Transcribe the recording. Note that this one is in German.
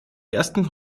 ersten